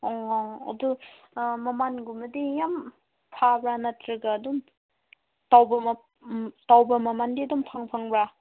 ꯑꯣ ꯑꯗꯨ ꯃꯃꯜꯒꯨꯝꯕꯗꯤ ꯌꯥꯝ ꯐꯕ꯭ꯔꯥ ꯅꯠꯇ꯭ꯔꯒ ꯑꯗꯨꯝ ꯇꯧꯕ ꯃꯃꯜꯗꯤ ꯑꯗꯨꯝ ꯐꯪꯕ꯭ꯔꯥ